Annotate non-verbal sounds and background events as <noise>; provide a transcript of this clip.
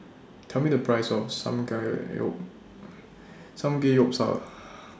Tell Me The Price of <unintelligible> Samgeyopsal